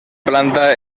planta